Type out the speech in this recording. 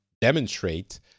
demonstrate